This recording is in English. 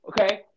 okay